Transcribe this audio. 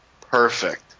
perfect